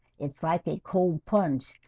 it's like a cold punch,